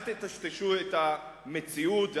אל תטשטשו את המציאות,